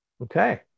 Okay